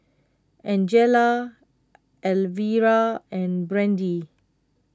Angela Alvera and Brandee